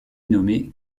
nommé